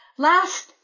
Last